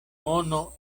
mono